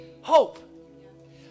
hope